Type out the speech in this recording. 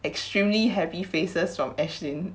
extremely happy faces from ashlyn